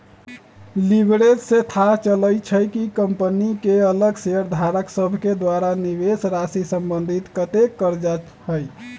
leverage से थाह चलइ छइ कि कंपनी के लग शेयरधारक सभके द्वारा निवेशराशि संबंधित कतेक करजा हइ